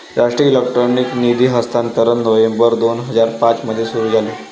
राष्ट्रीय इलेक्ट्रॉनिक निधी हस्तांतरण नोव्हेंबर दोन हजार पाँच मध्ये सुरू झाले